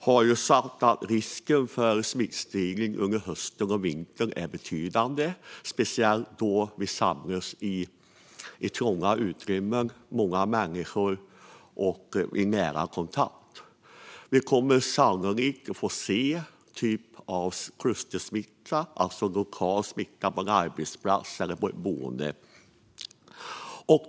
De har sagt att risken för smittspridning under hösten och vintern är betydande, speciellt då många människor samlas i trånga utrymmen och har nära kontakt. Vi kommer sannolikt att få se klustersmitta, alltså lokal smitta på en arbetsplats eller på ett boende.